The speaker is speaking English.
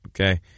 Okay